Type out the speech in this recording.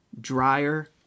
drier